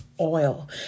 oil